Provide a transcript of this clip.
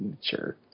sure